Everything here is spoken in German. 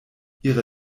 ihre